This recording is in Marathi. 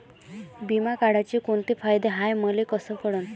बिमा काढाचे कोंते फायदे हाय मले कस कळन?